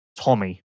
Tommy